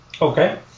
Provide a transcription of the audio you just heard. Okay